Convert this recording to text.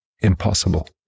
impossible